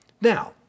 Now